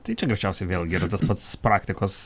tai čia greičiausiai vėlgi yra tas pats praktikos